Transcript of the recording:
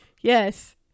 Yes